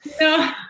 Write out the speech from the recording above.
No